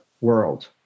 world